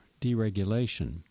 deregulation